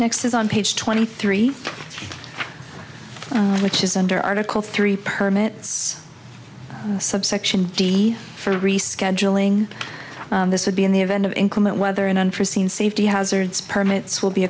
next is on page twenty three which is under article three permits subsection d for rescheduling this would be in the event of inclement weather and unforseen safety hazards permits will be